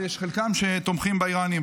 חלקם תומכים באיראנים.